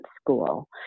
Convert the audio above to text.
school